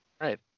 Right